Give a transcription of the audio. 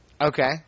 Okay